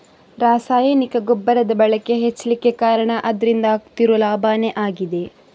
ರಾಸಾಯನಿಕ ಗೊಬ್ಬರದ ಬಳಕೆ ಹೆಚ್ಲಿಕ್ಕೆ ಕಾರಣ ಅದ್ರಿಂದ ಆಗ್ತಿರೋ ಲಾಭಾನೇ ಆಗಿದೆ